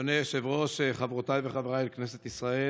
אדוני היושב-ראש, חברותיי וחבריי לכנסת ישראל,